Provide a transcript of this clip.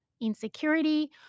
insecurity